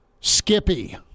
Skippy